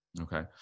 okay